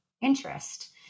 interest